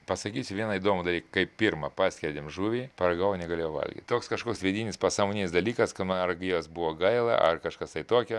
pasakysiu vieną įdomų dalyką kai pirma paskerdėm žuvį paragavau negalėjau valgyt toks kažkoks vidinis pasamoninis dalykas kad man argi jos buvo gaila ar kažkas tai tokio